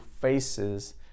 faces